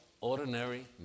ordinary